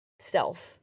self